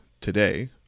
today